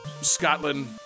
Scotland